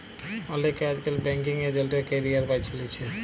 অলেকে আইজকাল banking agent এর ক্যারিয়ার বাছে লিছে